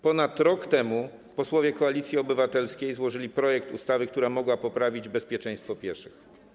Ponad rok temu posłowie Koalicji Obywatelskiej złożyli projekt ustawy, która mogła poprawić bezpieczeństwo pieszych.